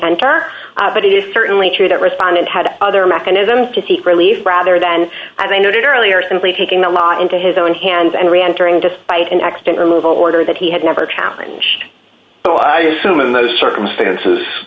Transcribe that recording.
enter but it is certainly true that respondent had other mechanisms to seek relief rather than as i noted earlier simply taking the law into his own hands and reentering despite an extant removal order that he had never challenged so i assume in those circumstances